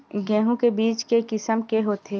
गेहूं के बीज के किसम के होथे?